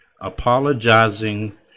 apologizing